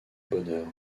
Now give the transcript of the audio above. bonheur